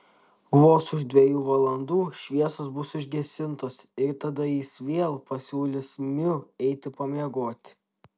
vos už dviejų valandų šviesos bus užgesintos ir tada jis vėl pasiūlys miu eiti pamiegoti